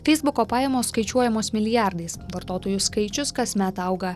feisbuko pajamos skaičiuojamos milijardais vartotojų skaičius kasmet auga